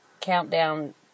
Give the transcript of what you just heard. countdown